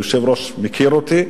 והיושב-ראש מכיר אותי